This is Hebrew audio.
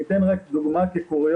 אני אתן רק דוגמה כקוריוז,